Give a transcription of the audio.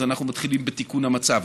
אז אנחנו מתחילים בתיקון המצב.